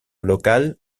local